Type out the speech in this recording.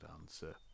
answer